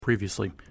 Previously